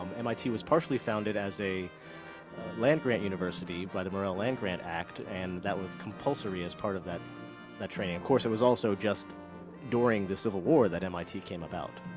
um mit was partially founded as a land-grant university by the morrill land-grant act, and that was compulsory as part of that that training. of course, it was also just during the civil war that mit came about.